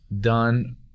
done